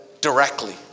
directly